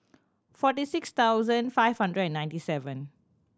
forty six thousand five hundred and ninety seven